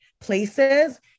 places